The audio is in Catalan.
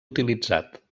utilitzat